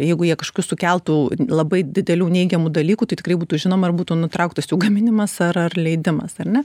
jeigu jie kažkokių sukeltų labai didelių neigiamų dalykų tai tikrai būtų žinoma ir būtų nutrauktas jų gaminimas ar ar leidimas ar ne